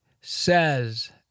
says